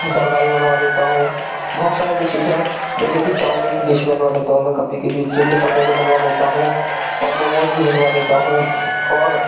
زردہ بھی بنوا لیتا ہوں بہت سارے ڈشز ہے جیسے کہ چاؤمین کی ڈش بنوا لیتا ہوں میں کبھی کبھی چلی پٹیٹو بنوا لیتا ہوں اور موموز بھی بنوا لیتا ہوں اور